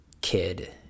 kid